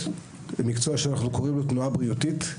מקצוע שאנחנו קוראים לו "תנועה בריאותית".